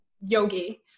yogi